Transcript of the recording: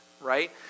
Right